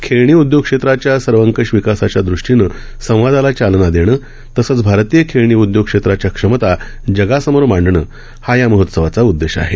खेळणी उद्योगक्षेत्राच्या सर्वकष विकासाच्यादृष्पीनं संवादाला चालना देणं तसंच भारतीय खेळणी उद्योग क्षेत्राच्या क्षमता जगासमोर मांडणं हा या महोत्सवाचा उद्देश आहे